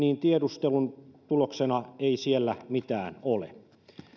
tiedustelun tuloksena ei siellä mitään ole